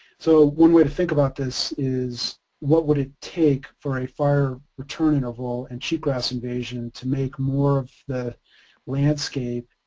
so one way to think about this is what would it take for a fire return interval and cheatgrass invasion to make more of the landscape